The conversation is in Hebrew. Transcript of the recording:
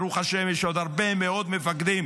ברוך השם יש עוד הרבה מאוד מפקדים